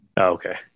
Okay